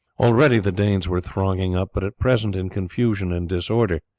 already the danes were thronging up, but at present in confusion and disorder,